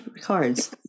cards